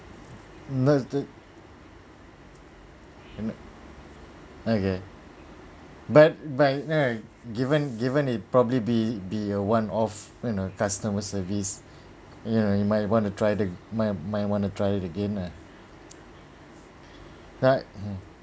noted okay but but you know given given it probably be be a one off customer service you know you might want to try the might might want to try it again ah